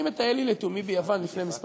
אני מטייל לי לתומי ביוון לפני כמה שנים,